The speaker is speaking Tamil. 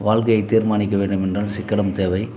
வாழ்க்கையை தீர்மானிக்க வேண்டும் என்றால் சிக்கனம் தேவை